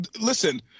listen